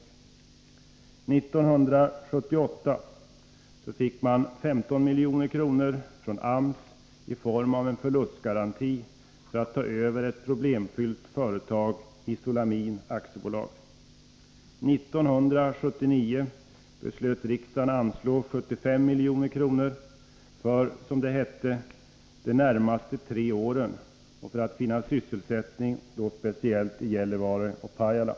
År 1978 fick man 15 milj.kr. från AMS i form av en förlustgaranti för att ta över ett problemfyllt företag, Isolamin AB. År 1979 beslöt riksdagen att anslå 75 milj.kr. för — som det hette — de närmaste tre åren, för att finna sysselsättning, speciellt i Gällivare och Pajala.